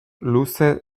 luze